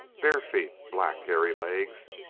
bare feet black, hairy legs,